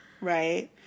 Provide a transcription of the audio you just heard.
right